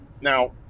Now